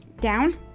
Down